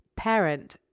parent